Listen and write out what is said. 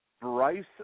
Bryce